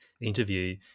interview